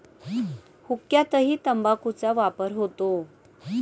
हुक्क्यातही तंबाखूचा वापर होतो